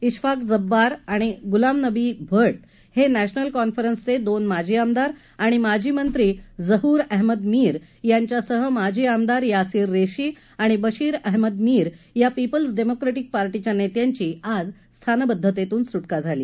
श्रेफाक जब्बार आणि गुलाम नबी भट हे नॅशनल कान्फरन्सचे दोन माजी आमदार आणि माजी मंत्री जहुर अहमद मीर यांच्यासह माजी आमदार यासीर रेशी आणि बशीर अहमद मीर या पिपल्स डेमोक्रेटिक पार्टीच्या नेत्यांची आज स्थानबद्धतेतून सुटका झाली